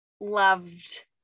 loved